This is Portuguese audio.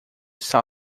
está